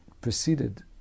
preceded